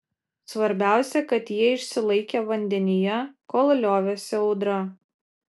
svarbiausia kad jie išsilaikė vandenyje kol liovėsi audra